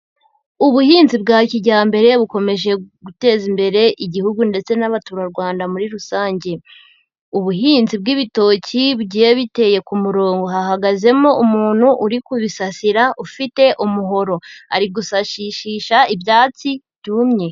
Ubuhinzi bwa kijyambere bukomeje guteza imbere igihugu ndetse n'abaturarwanda muri rusange, ubuhinzi bw'ibitoki bugiye biteye ku murongo, hahagazemo umuntu uri kubisasira ufite umuhoro, ari gusashishisha ibyatsi byumye.